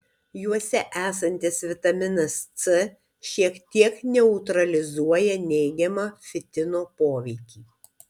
juose esantis vitaminas c šiek tiek neutralizuoja neigiamą fitino poveikį